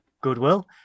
goodwill